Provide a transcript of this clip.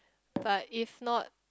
but if not